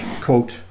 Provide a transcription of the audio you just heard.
quote